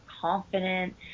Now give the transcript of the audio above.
confident